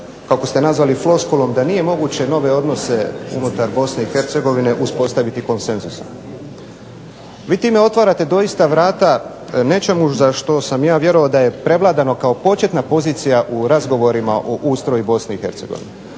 kako ste nazvali floskulom da nije moguće nove odnose unutar BiH uspostaviti konsenzusom. Vi time otvarate doista vrata nečemu za što sam ja vjerovao da je prevladano kao početna pozicija u razgovorima o ustroju BiH. Koliko